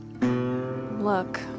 Look